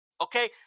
Okay